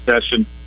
session